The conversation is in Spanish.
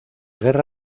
guerra